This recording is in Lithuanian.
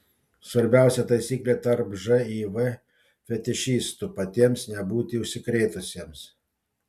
svarbiausia taisyklė tarp živ fetišistų patiems nebūti užsikrėtusiems